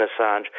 Assange